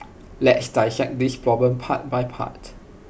let's dissect this problem part by part